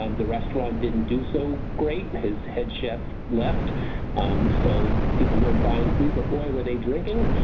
um the restaurant didn't do so great. his head chef left so people weren't buying food but boy were they drinking.